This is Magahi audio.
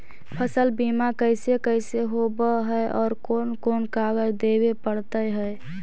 फसल बिमा कैसे होब है और कोन कोन कागज देबे पड़तै है?